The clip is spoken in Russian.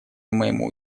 моему